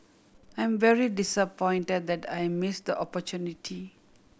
I'm very disappointed that I missed opportunity